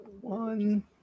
one